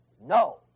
No